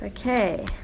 Okay